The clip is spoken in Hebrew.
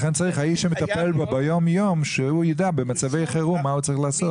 לכן האיש שמטפל בו ביום-יום צריך לדעת מה הוא צריך לעשות במצבי חירום.